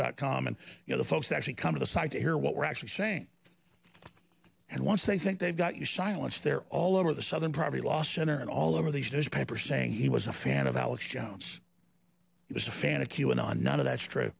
dot com and you know the folks actually come to the site to hear what we're actually saying and once they think they've got you silenced they're all over the southern poverty law center and all of these newspaper saying he was a fan of alex jones he was a fan of q and a none of that's true